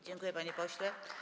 Dziękuję, panie pośle.